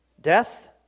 Death